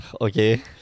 Okay